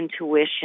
intuition